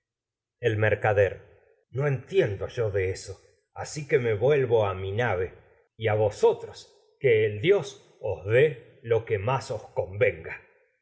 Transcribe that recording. el mercader mi no entiendo yo de eso así que me os vuelvo más a nave y a vosotros que el dios dé lo que os convenga